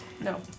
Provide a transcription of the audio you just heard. No